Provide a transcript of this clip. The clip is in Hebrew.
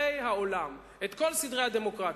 סדרי העולם, את כל סדרי הדמוקרטיה.